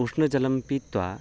उष्णजलं पीत्वा